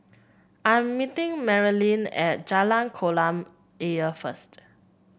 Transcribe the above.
I'm meeting Marylin at Jalan Kolam Ayer first